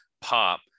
pop